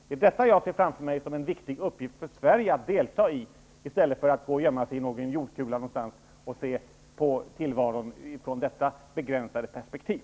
Det arbetet ser jag som en viktig uppgift för oss i Sverige att delta i, i stället för att vi går och gömmer oss i någon jordkula och ser på tillvaron ur detta begränsade perspektiv.